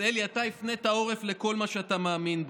אז אלי, אתה הפנת עורף לכל מה שאתה מאמין בו,